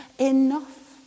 enough